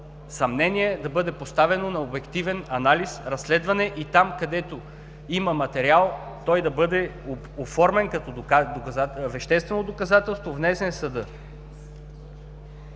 съмнение да бъде поставено на обективен анализ, разследване и там, където има материал, той да бъде оформен като веществено доказателство, внесен в съда.